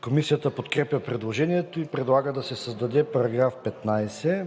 Комисията подкрепя предложението. Комисията предлага да се създаде § 17: „§ 17.